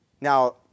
Now